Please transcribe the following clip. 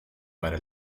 para